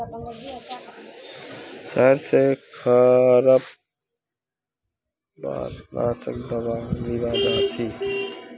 शहर स खरपतवार नाशक दावा लीबा जा छि